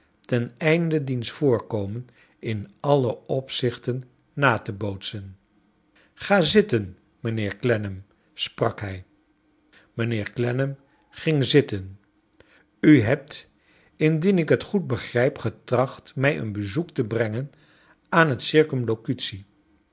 ten einde diens voorkomen in alle opzichten na te bootsen ga zitten mijnheer clennamsprak hij mijnheer clennam ging zitten u hebt indien ik het goed begrijp getracht mij een bezoek te brengen aan het